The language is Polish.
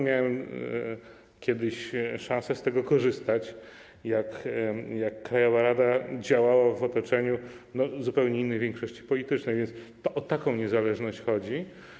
Miałem kiedyś szansę z tego korzystać, gdy krajowa rada działała w otoczeniu zupełnie innej większości politycznej, więc to o taką niezależność chodzi.